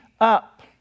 up